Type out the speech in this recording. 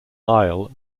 isle